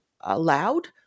allowed